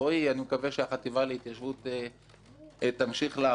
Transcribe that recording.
אני מקווה שהחטיבה להתיישבות תמשיך לעבוד,